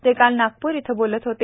ते काल नागपूर इथं बोलत होते